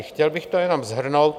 Chtěl bych to jenom shrnout.